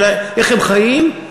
איך הם חיים.